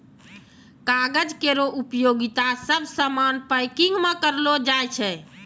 कागज केरो उपयोगिता सब सामान पैकिंग म करलो जाय छै